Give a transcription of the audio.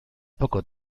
poco